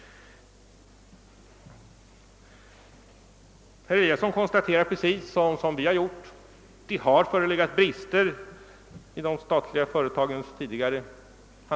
Herr Eliasson konstaterar, precis som vi har gjort, att det har förelegat brister tidigare i de statliga företagens skötsel.